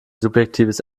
subjektives